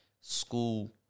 school